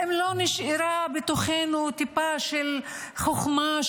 האם לא נשארה בתוכנו טיפה של חוכמה,